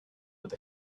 with